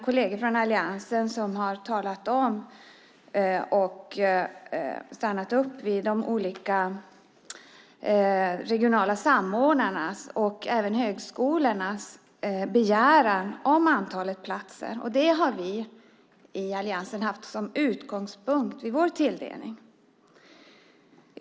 Tidigare i debatten har mina kolleger stannat upp vid de regionala samordnarnas och högskolornas begäran om platser, vilket vi i alliansen har haft som utgångspunkt vid vår tilldelning.